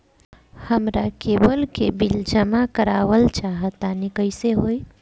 हमरा केबल के बिल जमा करावल चहा तनि कइसे होई?